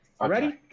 ready